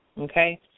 okay